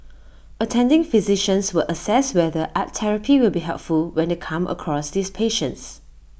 attending physicians will assess whether art therapy will be helpful when they come across these patients